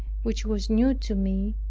which was new to me,